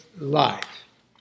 life